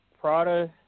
Prada